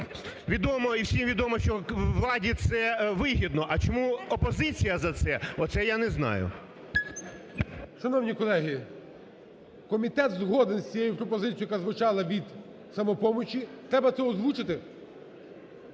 відомо і всім відомо, що владі це вигідно, а чому опозиція за це – оце я не знаю. ГОЛОВУЮЧИЙ. Шановні колеги, комітет згоден з цією пропозицією, яка звучала від "Самопомочі". Треба це озвучити?